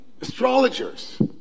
astrologers